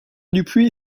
dupuis